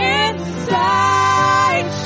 inside